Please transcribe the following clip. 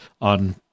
on